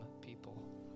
people